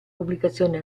pubblicazione